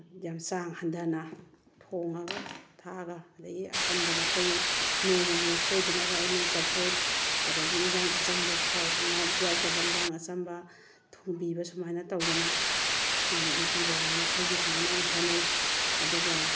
ꯌꯥꯝ ꯆꯥꯡ ꯍꯟꯊꯅ ꯊꯣꯡꯂꯒ ꯊꯥꯛꯂꯒ ꯑꯗꯒꯤ ꯑꯆꯝꯕ ꯃꯈꯣꯏꯒꯤ ꯅꯣꯡꯃꯒꯤ ꯁꯣꯏꯗꯅꯕ ꯑꯩꯅ ꯆꯝꯐꯨꯠ ꯑꯗꯒꯤ ꯑꯦꯟꯁꯥꯡ ꯑꯆꯝꯕ ꯊꯥꯎ ꯉꯥꯎ ꯌꯥꯎꯗꯕ ꯑꯦꯟꯁꯥꯡ ꯑꯆꯝꯕ ꯊꯣꯡꯕꯤꯕ ꯁꯨꯃꯥꯏꯅ ꯇꯧꯗꯅ ꯕꯤ ꯄꯤ ꯋꯥꯡꯕ ꯃꯈꯣꯏꯒꯤ ꯁꯨꯃꯥꯏꯅ ꯑꯩꯅ ꯍꯣꯠꯅꯩ ꯑꯗꯨꯒ